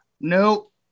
Nope